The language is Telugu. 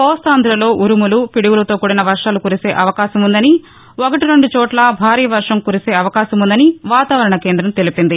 కోస్తాంధలో ఉరుములు పిడుగులతో కూడిన వర్వాలు కురిసే అవకాశం ఉందని ఒకటీ రెండుచోట్ల భారీ వర్షం కురిసే అవకాశముందని వాతావరణ కేంద్రం తెలిపింది